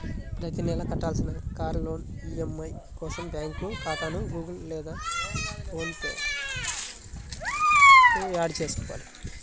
ప్రతి నెలా కట్టాల్సిన కార్ లోన్ ఈ.ఎం.ఐ కోసం బ్యాంకు ఖాతాను గుగుల్ పే లేదా ఫోన్ పే కు యాడ్ చేసుకోవాలి